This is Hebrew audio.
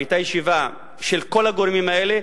היתה ישיבה של כל הגורמים האלה,